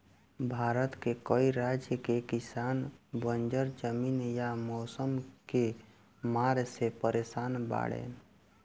भारत के कई राज के किसान बंजर जमीन या मौसम के मार से परेसान बाड़ेन